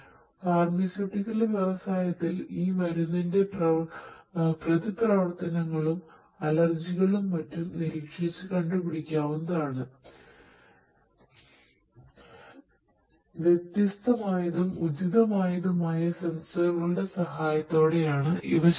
pharmaceutical സഹായത്തോടെയാണ് ഇവ ചെയ്യുന്നത്